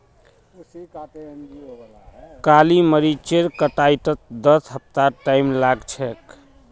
काली मरीचेर कटाईत दस हफ्तार टाइम लाग छेक